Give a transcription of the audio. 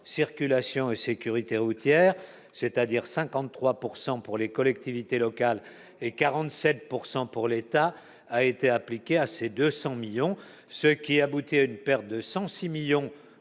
circulation et sécurité routière, c'est-à-dire 53 pourcent pour les collectivités locales et 47 pourcent pour l'État, a été appliquée à ces 200 millions, ce qui aboutit à une perte de 106 millions